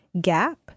gap